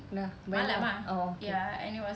ya malam oh okay